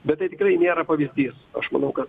bet tai tikrai nėra pavyzdys aš manau kad